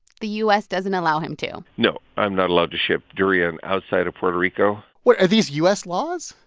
the u s. doesn't allow him to no, i'm not allowed to ship durian outside of puerto rico wait, are these u s. laws?